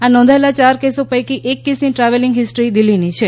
આ નોંધાયેલાં ચાર કેસો પૈકી એક કેસની ટ્રાવેલિંગ હીસ્ટ્રી દિલ્ફીની છે